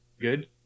good